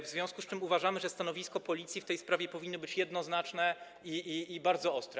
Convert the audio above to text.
W związku z tym uważamy, że stanowisko Policji w tej sprawie powinno być jednoznaczne i bardzo ostre.